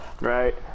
right